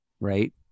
Right